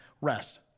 rest